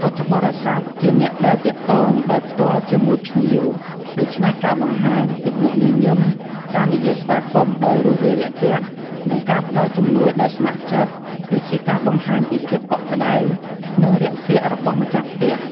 ក្នុងករណីខ្លះ បើមានការរៀបចំពីមុន ពុទ្ធបរិស័ទអាចជួយសម្របសម្រួលដល់ការធ្វើដំណើររបស់ភ្ញៀវ ដូចជាការរៀបចំរថយន្ត ឬមធ្យោបាយផ្សេងៗ ដើម្បីទៅដល់ទីអារាម ឬត្រឡប់ទៅផ្ទះវិញ។